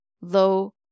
low